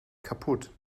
kaputt